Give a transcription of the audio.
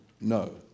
no